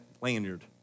lanyard